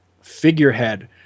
Figurehead